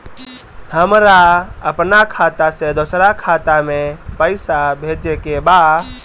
हमरा आपन खाता से दोसरा खाता में पइसा भेजे के बा